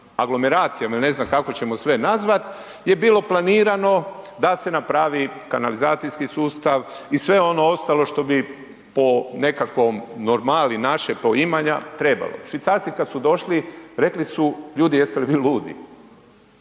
aglomeracijama ili ne znam kako ćemo sve nazvati je bilo planirano da se napravi kanalizacijski sustav i sve ono ostalo što bi po nekakvom normali našeg poimanja trebalo. Švicarci kad su došli, rekli su, ljudi jeste li vi ludi?